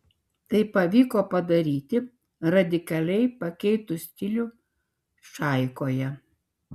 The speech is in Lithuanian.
tai pavyko padaryti radikaliai pakeitus stilių čaikoje